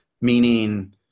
Meaning